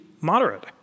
moderate